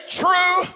true